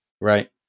Right